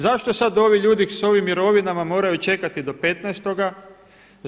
Zašto sada ovi ljudi s ovim mirovinama moraju čekati do 15.-oga?